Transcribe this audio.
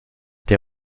der